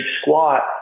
squat